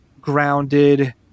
grounded